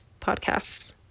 podcasts